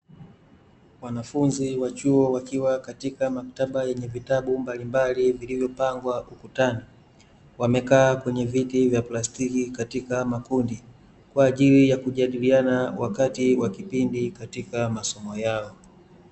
Wanafunzi wa chuo wakiwa katika maktaba yenye vitabu mbalimbali vilivyopangwa ukutani. Wamekaa kwenye viti vya plastiki katika makundi, kwa ajili ya kujadiliana wakati wa kipindi katika masomo yao.